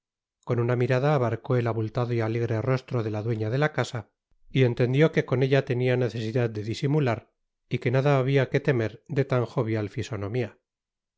con una mirada abarcó el abultado y alegre rostro de la dueña de la casa y entendió que con ella tenia necesidad de disimular y que nada habia que temer de tan jovial fisonomia